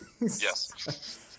Yes